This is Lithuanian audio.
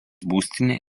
būstinė